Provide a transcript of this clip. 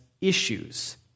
issues